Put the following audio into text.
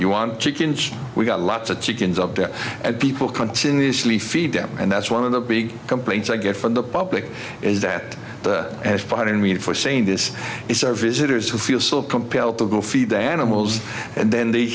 you want chickens we've got lots of chickens up there and people continuously feed them and that's one of the big complaints i get from the public is that as fighting weed for saying this is our visitors who feel so compelled to go feed the animals and then they